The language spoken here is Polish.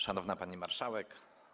Szanowna Pani Marszałek!